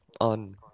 on